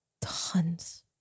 tons